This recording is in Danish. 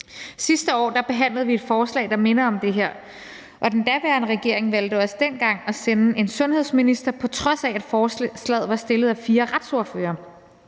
Sidste år behandlede vi et forslag, der minder om det her, og den daværende regering valgte også dengang at sende en sundhedsminister, på trods af at forslaget var fremsat af fire retsordførere;